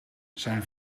zijn